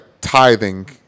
tithing